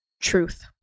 truth